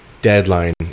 deadline